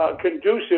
conducive